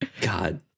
God